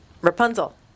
Rapunzel